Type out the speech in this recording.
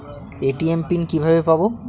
ATM PIN কিভাবে পাবো?